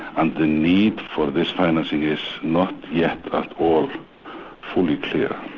and the need for this financing is not yet at all fully clear.